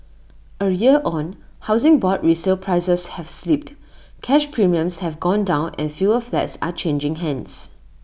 A year on Housing Board resale prices have slipped cash premiums have gone down and fewer flats are changing hands